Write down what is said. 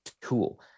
tool